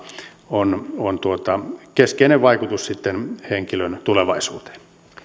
on on keskeinen vaikutus henkilön tulevaisuuteen